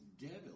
devil